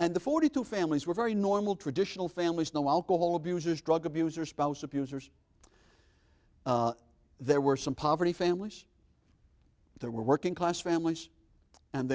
and the forty two families were very normal traditional families know alcohol abusers drug abuser spouse abusers there were some poverty families there were working class families and they